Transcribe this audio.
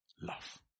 love